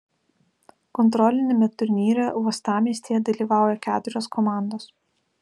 kontroliniame turnyre uostamiestyje dalyvauja keturios komandos